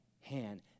Hand